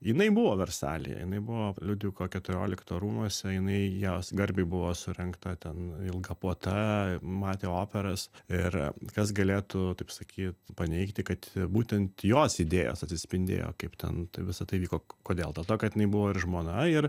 jinai buvo versalyje jinai buvo liudviko keturiolikto rūmuose jinai jos garbei buvo surengta ten ilga puota matė operas ir kas galėtų taip sakyt paneigti kad būtent jos idėjos atsispindėjo kaip ten visa tai vyko kodėl dėl to kad jinai buvo ir žmona ir